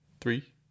three